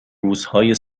روزهای